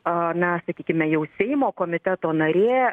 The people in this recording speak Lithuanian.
na sakykime jau seimo komiteto narė